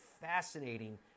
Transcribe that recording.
fascinating